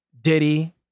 Diddy